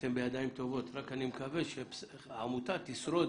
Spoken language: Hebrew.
ואתם בידיים טובות, רק אני מקווה שהעמותה תשרוד